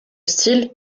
style